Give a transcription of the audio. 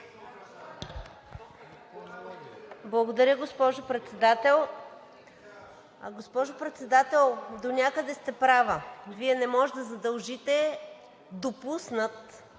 Благодаря, госпожо Председател. Госпожо Председател, донякъде сте права. Вие не може да задължите допуснат